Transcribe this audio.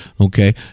okay